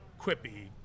quippy